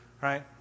right